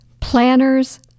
planners